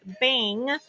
bang